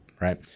right